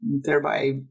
thereby